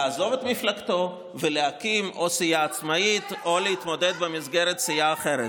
לעזוב את מפלגתו ולהקים סיעה עצמאית או להתמודד במסגרת סיעה אחרת?